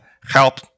help